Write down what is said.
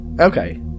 Okay